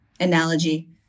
analogy